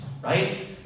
right